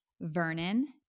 Vernon